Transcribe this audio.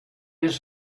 his